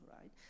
right